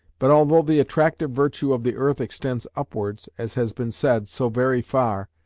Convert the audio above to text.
but although the attractive virtue of the earth extends upwards, as has been said, so very far,